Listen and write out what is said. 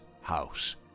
house